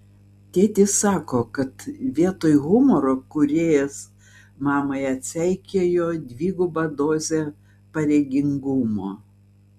tėtis sako kad vietoj humoro kūrėjas mamai atseikėjo dvigubą dozę pareigingumo